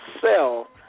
sell